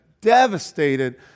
devastated